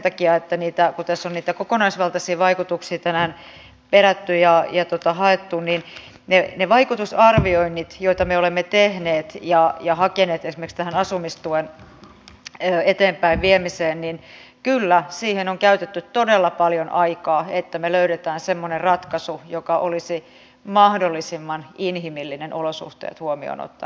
kun tässä on niitä kokonaisvaltaisia vaikutuksia tänään perätty ja haettu niin niihin vaikutusarviointeihin joita me olemme tehneet ja hakeneet esimerkiksi tähän asumistuen eteenpäinviemiseen on kyllä käytetty todella paljon aikaa että me löydämme semmoisen ratkaisun joka olisi mahdollisimman inhimillinen olosuhteet huomioon ottaen